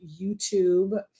YouTube